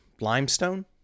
limestone